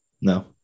No